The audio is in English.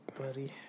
buddy